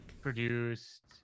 produced